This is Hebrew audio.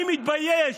אני מתבייש.